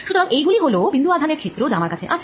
সুতরাং এইগুলি হল বিন্দু আধানের ক্ষেত্র যা আমার কাছে আছে